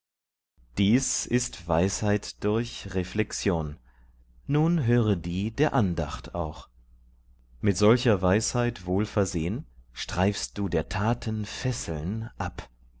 dies ist weisheit durch reflexion nun höre die der andacht auch mit solcher weisheit wohlversehn streifst du der taten fesseln ab